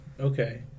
Okay